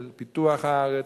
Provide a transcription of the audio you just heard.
של פיתוח הארץ,